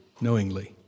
knowingly